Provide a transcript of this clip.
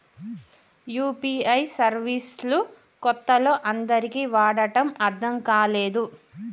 UPI service లు కొత్తలో అందరికీ వాడటం అర్థం కాలేదు